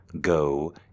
go